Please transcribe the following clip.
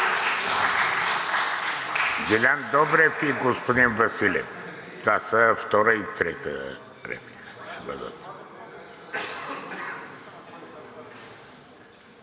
Делян Добрев и господин Василев – това ще бъдат втора и трета реплика.